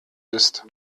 ist